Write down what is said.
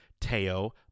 Teo